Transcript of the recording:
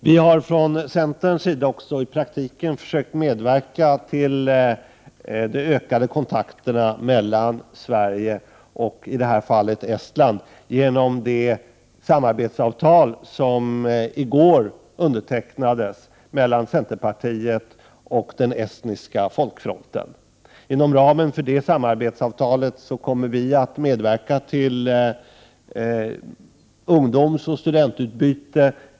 Vi har från centerns sida också i praktiken försökt medverka till de ökade kontakterna mellan Sverige och i det här fallet Estland genom det samarbetsavtal som i går undertecknades mellan centerpartiet och den estniska folkfronten. Inom ramen för det samarbetsavtalet kommer vi inom centern att medverka till ungdomsoch studentutbyte.